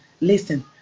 Listen